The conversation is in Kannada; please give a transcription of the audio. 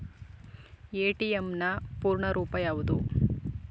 ಎ.ಟಿ.ಎಂ ನ ಪೂರ್ಣ ರೂಪ ಯಾವುದು?